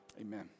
amen